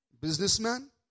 Businessman